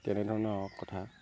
তেনে ধৰণৰ কথা